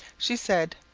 she said,